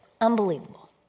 Unbelievable